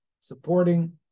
supporting